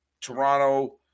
Toronto